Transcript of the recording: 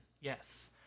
Yes